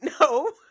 No